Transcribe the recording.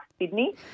Sydney